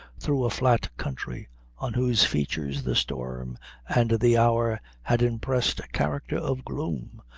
through a flat country on whose features the storm and the hour had impressed a character of gloom,